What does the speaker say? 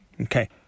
okay